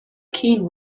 keen